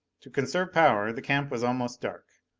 to conserve power, the camp was almost dark,